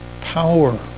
power